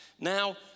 Now